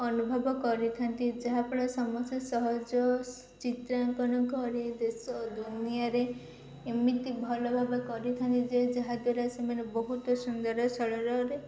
ଅନୁଭବ କରିଥାନ୍ତି ଯାହାଫଳରେ ସମସ୍ତେ ସହଜ ଚିତ୍ରାଙ୍କନ କରି ଦେଶ ଦୁନିଆରେ ଏମିତି ଭଲଭାବେ କରିଥାନ୍ତି ଯେ ଯାହାଦ୍ୱାରା ସେମାନେ ବହୁତ ସୁନ୍ଦର ସରଳରେ